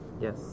Yes